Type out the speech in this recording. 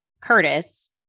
Curtis –